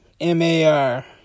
M-A-R